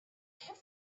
have